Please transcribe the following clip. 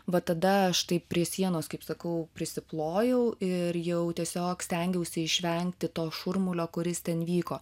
va tada štai prie sienos kaip sakau prisiplojau ir jau tiesiog stengiausi išvengti to šurmulio kuris ten vyko